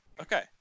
Okay